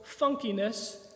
funkiness